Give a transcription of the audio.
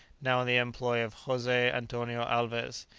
now in the employ of jose antonio alvez,